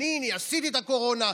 אני עשיתי בקורונה.